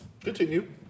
Continue